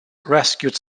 rescued